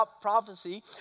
prophecy